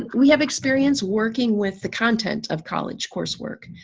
we have experience working with the content of college coursework.